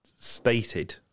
Stated